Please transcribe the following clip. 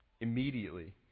immediately